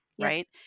right